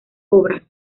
obras